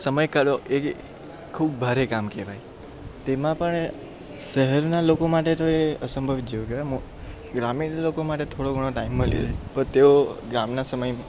સમય કાઢવો એ ખૂબ ભારે કામ કહેવાય તેમાં પણ શહેરના લોકો માટે તો એ અસંભવિત જેવું કહેવાય મોં ગ્રામીણ લોકો માટે થોડોક ઘણો ટાઈમ એવો ગામના સમય